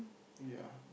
ya